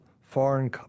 foreign